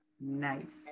Nice